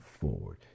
forward